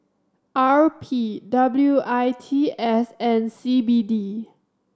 R P W I T S and C B D